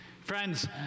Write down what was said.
Friends